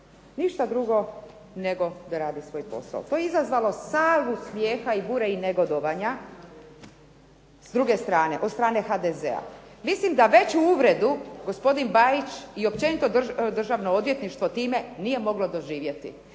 ništa drugo nego da radi svoj posao. To je izazvalo salvu smijeha, bure i negodovanja s druge strane, od strane HDZ-a. Mislim da veću uvredu gospodin Bajić i općenito Državno odvjetništvo time nije moglo doživjeti.